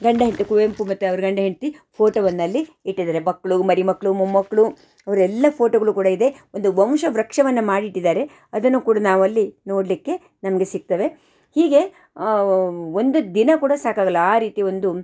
ಗಂಡ ಹೆಂಡತಿ ಕುವೆಂಪು ಮತ್ತು ಅವ್ರ ಗಂಡ ಹೆಂಡತಿ ಫೋಟೋವನ್ನಲ್ಲಿ ಇಟ್ಟಿದಾರೆ ಮಕ್ಕಳು ಮರಿ ಮಕ್ಕಳು ಮೊಮ್ಮಕ್ಕಳು ಅವರೆಲ್ಲ ಫೋಟೋಗಳು ಕೂಡ ಇದೆ ಒಂದು ವಂಶವೃಕ್ಷವನ್ನು ಮಾಡಿಟ್ಟಿದ್ದಾರೆ ಅದನ್ನು ಕೂಡ ನಾವಲ್ಲಿ ನೋಡಲಿಕ್ಕೆ ನಮಗೆ ಸಿಕ್ತದೆ ಹೀಗೆ ಒಂದು ದಿನ ಕೂಡ ಸಾಕಾಗಲ್ಲ ಆ ರೀತಿ ಒಂದು